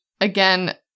again